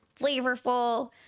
flavorful